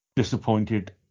Disappointed